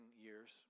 years